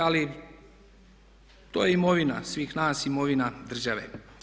Ali to je imovina svih nas, imovina države.